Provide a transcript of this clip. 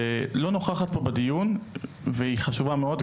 שלא נוכחת פה בדיון והיא חשובה מאוד,